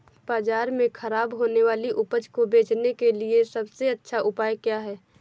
बाज़ार में खराब होने वाली उपज को बेचने के लिए सबसे अच्छा उपाय क्या हैं?